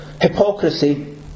hypocrisy